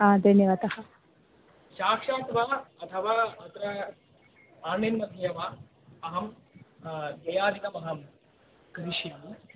हा धन्यवादः शाक्षात् वा अथवा अत्र आन्लैन्मध्ये वा अहं दयाहितमहं करिष्यामि